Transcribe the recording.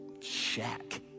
shack